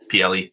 PLE